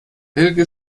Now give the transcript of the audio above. helge